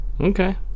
okay